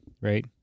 Right